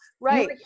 right